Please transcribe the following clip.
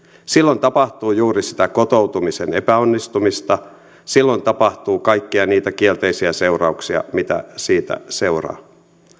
silloin tapahtuu juuri sitä kotoutumisen epäonnistumista silloin tapahtuu kaikkia niitä kielteisiä seurauksia mitä siitä seuraa